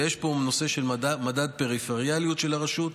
ויש פה נושא של מדד הפריפריאליות של הרשות,